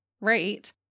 Right